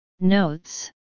Notes